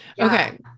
Okay